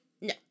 no